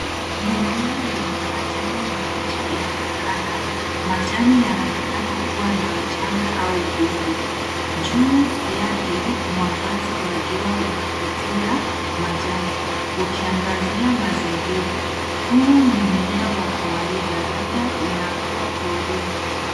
Mimea yenye majani mabichi inaonekana. Majani yanaonekana kuwa na mchanga au vumbi. Juu yake mwangaza wa jua unapitia majani ukiangazia mazingira. Huu ni mmea wa kawaida labda unakua porini.